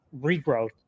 regrowth